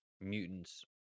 mutants